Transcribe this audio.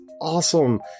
awesome